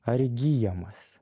ar įgyjamas